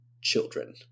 children